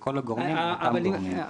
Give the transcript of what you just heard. וכל הגורמים הם אותם גורמים.